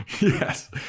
Yes